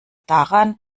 daran